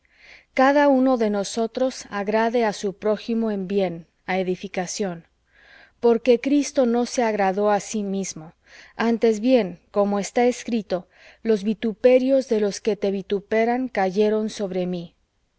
cada uno de nosotros agrade á su prójimo en bien á edificación porque cristo no se agradó á sí mismo antes bien como está escrito los vituperios de los que te vituperan cayeron sobre mí